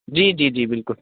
جی جی جی بالکل